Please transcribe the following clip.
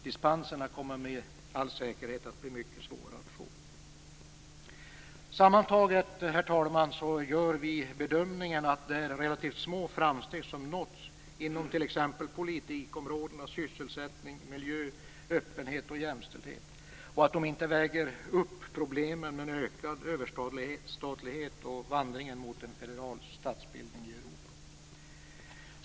Dispenser kommer det med all säkerhet bli mycket svårt att få. Herr talman! Sammantaget gör vi bedömningen att det är relativt små framsteg som har gjorts inom t.ex. politikområdena sysselsättning, miljö, öppenhet och jämställdhet samt att de inte uppväger problemen med en ökad överstatlighet och vandringen mot en federal statsbildning i Europa.